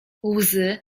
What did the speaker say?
łzy